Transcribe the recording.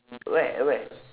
where at where